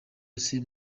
yose